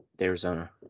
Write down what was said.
Arizona